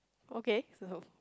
okay so